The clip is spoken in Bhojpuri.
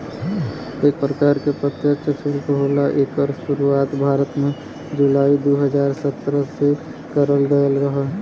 एक परकार के अप्रत्यछ सुल्क होला एकर सुरुवात भारत में जुलाई दू हज़ार सत्रह में करल गयल रहल